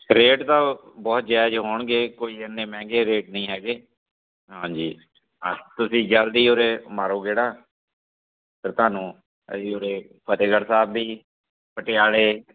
rate ਤਾਂ ਬਹੁਤ ਜਾਇਜ਼ ਹੋਣਗੇ ਕੋਈ ਇੰਨੇ ਮਹਿੰਗੇ ਰੇਟ ਨਹੀਂ ਹੈਗੇ ਹਾਂਜੀ ਹਾਂ ਤੁਸੀਂ ਜਲਦੀ ਉਰੇ ਮਾਰੋ ਗੇੜਾ ਫਿਰ ਤੁਹਾਨੂੰ ਅਸੀਂ ਉਰੇ ਫਤਿਹਗੜ੍ਹ ਸਾਹਿਬ ਵੀ ਪਟਿਆਲੇ